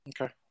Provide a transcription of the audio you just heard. Okay